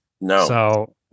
No